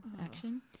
action